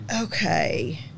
Okay